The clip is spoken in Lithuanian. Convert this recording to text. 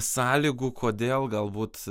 sąlygų kodėl galbūt